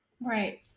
Right